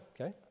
okay